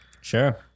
Sure